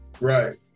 right